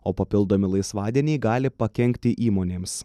o papildomi laisvadieniai gali pakenkti įmonėms